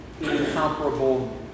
incomparable